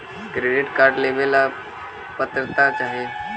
Credit card लेवेला का पात्रता चाही?